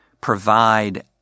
provide